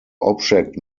object